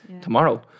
tomorrow